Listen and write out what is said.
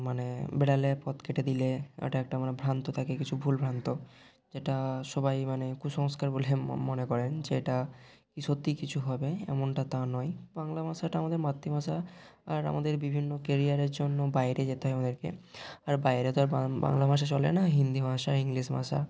মানে বেড়ালে পথ কেটে দিলে এটা একটা আমরা ভ্রান্ত থাকি কিছু ভুল ভ্রান্ত যেটা সবাই মানে কুসঙ্কার বলে মনে করেন যেটা সত্যিই কিছু হবে এমনটা তা নয় বাংলা ভাষাটা আমাদের মাতৃভাষা আর আমাদের বিভিন্ন কেরিয়ারের জন্য বাইরে যেতে হয় আমাদেরকে আর বাইরে তো আর বাংলা ভাষা চলে না হিন্দি ভাষা ইংলিশ ভাষা